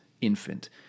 infant